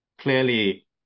clearly